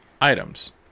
items